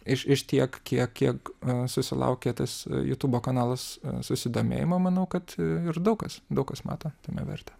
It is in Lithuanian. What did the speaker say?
iš iš tiek kiek kiek susilaukė tas jutubo kanalas susidomėjimo manau kad ir daug kas daug kas mato tame vertę